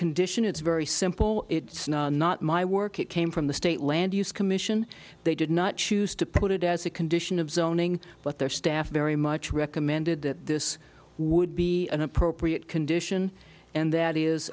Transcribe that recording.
condition it's very simple it's not not my work it came from the state land use commission they did not choose to put it as a condition of zoning but their staff very much recommended that this would be an appropriate condition and that is